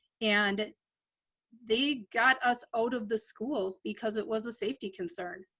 and they got us out of the schools because it was a safety concern.